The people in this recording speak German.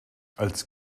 als